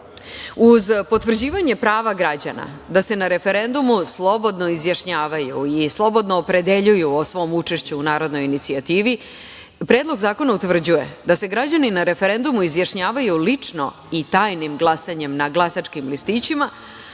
potvrđivanje prava građana da se na referendumu slobodno izjašnjavaju i slobodno opredeljuju o svom učešću u narodnoj inicijativi, Predlog zakona utvrđuje da se građani na referendumu izjašnjavaju lično i tajnim glasanjem na glasačkim listićima,